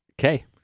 Okay